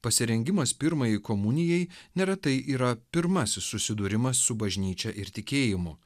pasirengimas pirmajai komunijai neretai yra pirmasis susidūrimas su bažnyčia ir tikėjimu